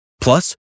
Plus